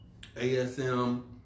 ASM